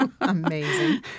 Amazing